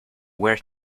where